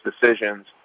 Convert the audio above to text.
decisions